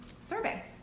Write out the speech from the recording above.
survey